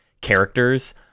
characters